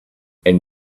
and